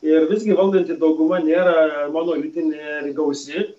ir visgi valdanti dauguma nėra monolitinė gausi